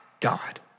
God